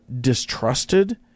distrusted